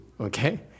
okay